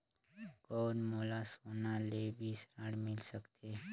कौन मोला सोना ले भी ऋण मिल सकथे?